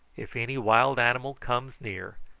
if any wild animal comes near,